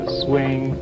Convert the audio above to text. swing